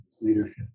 leadership